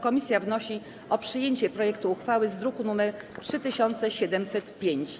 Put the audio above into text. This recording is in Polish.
Komisja wnosi o przyjęcie projektu uchwały z druku nr 3705.